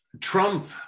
Trump